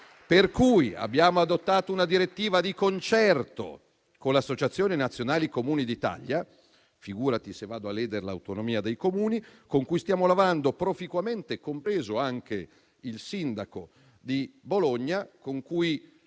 quindi adottato una direttiva, di concerto con l'Associazione nazionale dei Comuni d'Italia; figuriamoci se vado a ledere l'autonomia dei Comuni, con cui stiamo lavorando proficuamente, compreso anche il sindaco di Bologna con cui